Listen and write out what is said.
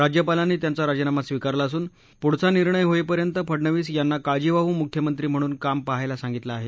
राज्यपालांनी त्यांचा राजीनामा स्वीकारला असून पुढचा निर्णय होईपर्यंत फडणवीस यांना काळजीवाह मुख्यमंत्री म्हणून काम पहायला सांगितलं आहे